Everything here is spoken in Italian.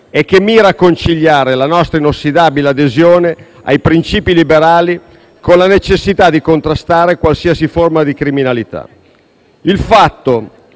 e che mira a conciliare la nostra inossidabile adesione ai principi liberali con la necessità di contrastare qualsiasi forma di criminalità. Il fatto